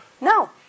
no